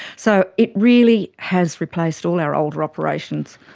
so it really has replaced all our older operations.